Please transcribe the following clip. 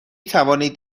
توانید